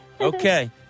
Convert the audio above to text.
Okay